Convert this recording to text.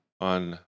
on